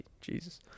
Jesus